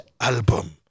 album